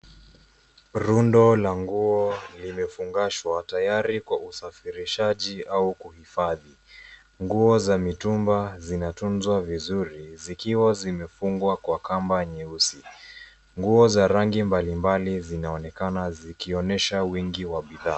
Rundo la nguo limefungashwa tayari kwa usafirishaji au kuhifadhi. Nguo za mitumba zinatunzwa vizuri zikiwa zimefungwa kwa kamba nyeusi. Nguo za rangi mbalimbali zinaonekana zikionyesha wingi wa bidhaa.